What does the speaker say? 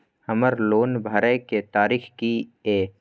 हमर लोन भरय के तारीख की ये?